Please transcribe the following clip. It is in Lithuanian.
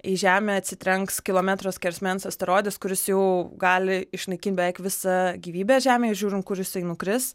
į žemę atsitrenks kilometro skersmens asteroidas kuris jau gali išnaikint beveik visą gyvybę žemėj žiūrint kur jisai nukris